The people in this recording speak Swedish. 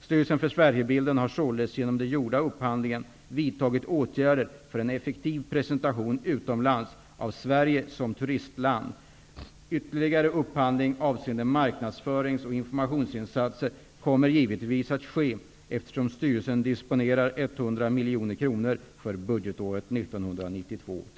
Styrelsen för Sverigebilden har således genom den gjorda upphandlingen vidtagit åtgärder för en effektiv presentation utomlands av Sverige som turismland. Ytterligare upphandling avseende marknadsförings och informationsinsatser kommer givetvis att ske, eftersom styrelsen disponerar 100 miljoner kronor för budgetåret 1992/93.